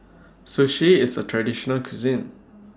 Sushi IS A Traditional Cuisine